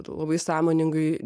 labai sąmoningai